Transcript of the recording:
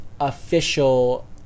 official